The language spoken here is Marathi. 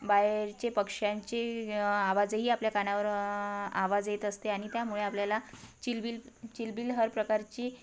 बाहेरचे पक्ष्यांचे आवाजही आपल्या कानावर आवाज येत असते आणि त्यामुळे आपल्याला किलबिल किलबील हर प्रकारची